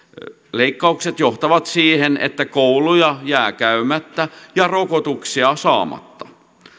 leikkaukset johtavat siihen että kouluja jää käymättä ja rokotuksia saamatta